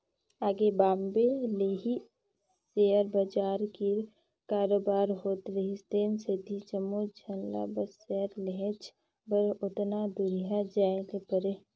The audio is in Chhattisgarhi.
आघु बॉम्बे ले ही सेयर बजार कीर कारोबार होत रिहिस तेन सेती जम्मोच झन ल बस सेयर लेहेच बर ओतना दुरिहां जाए ले परे